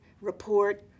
report